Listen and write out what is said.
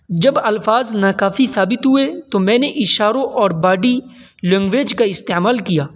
جب الفاظ ناکافی ثابت ہوئے تو میں نے اشاروں اور باڈی لینگویج کا استعمال کیا